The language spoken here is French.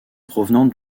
provenant